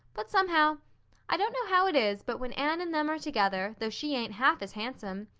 but somehow i don't know how it is but when anne and them are together, though she ain't half as handsome,